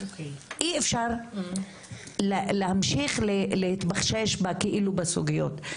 אי אפשר להמשיך להתבחשש כאילו בסוגיות,